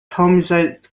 homicide